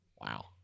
Wow